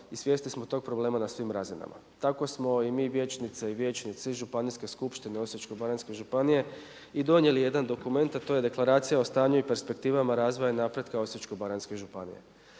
i svjesni smo tog problema na svim razinama. Tako smo i mi vijećnice i vijećnici Županijske skupštine Osječko-baranjske županije i donijeli jedan dokument a to je Deklaracija o stanju i perspektivama razvoja i napretka Osječko-baranjske županije.